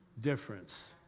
difference